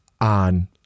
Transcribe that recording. on